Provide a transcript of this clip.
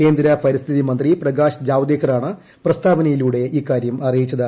കേന്ദ്ര പരിസ്ഥിതി മന്ത്രി പ്രകാശ് ജാവദേക്കറാണ് പ്രസ്താവനയിലൂടെ ഇക്കാര്യം അറിയിച്ചത്